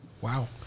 Wow